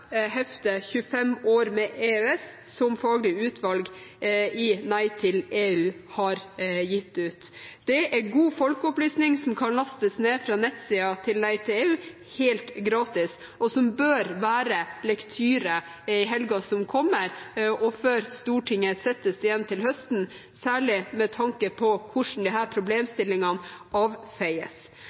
år med EØS», som faglig utvalg i Nei til EU har gitt ut. Det er god folkeopplysning som kan lastes ned fra nettsiden til Nei til EU helt gratis, og som bør være lektyre i helgen som kommer og før Stortinget settes igjen til høsten, særlig med tanke på hvordan disse problemstillingene avfeies.